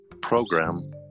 program